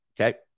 Okay